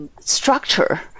structure